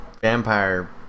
vampire